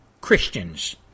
Christians